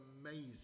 amazing